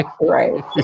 Right